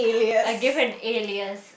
I give an alias